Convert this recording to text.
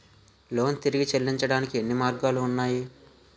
Loan తిరిగి చెల్లించటానికి ఎన్ని మార్గాలు ఉన్నాయి?